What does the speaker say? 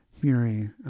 Fury